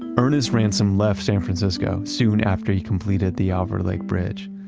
ernest ransome left san francisco soon after he completed the alvord lake bridge.